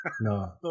No